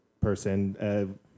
person